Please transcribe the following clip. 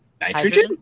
Nitrogen